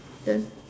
then